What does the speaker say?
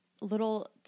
little